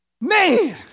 man